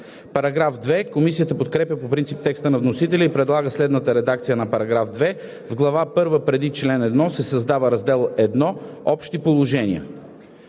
Комисията подкрепя по принцип текста на вносителя и предлага следната редакция на § 2: „§ 2. В глава първа преди чл. 1 се създава „Раздел І Общи положения“.